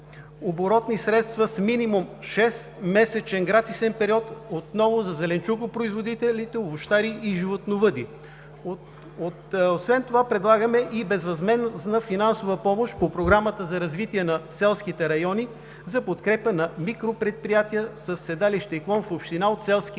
оборотни средства за минимум шестмесечен гратисен период отново за зеленчукопроизводителите, овощарите и животновъдите. Освен това предлагаме и безвъзмездна финансова помощ по Програмата за развитие на селските райони 2014 – 2020 г. за подкрепа на микропредприятия със седалище и клон в община от селски район,